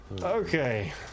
Okay